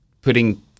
Putting